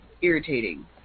irritating